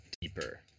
deeper